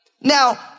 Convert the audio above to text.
Now